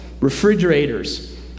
refrigerators